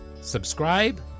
subscribe